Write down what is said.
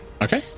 Okay